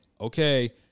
okay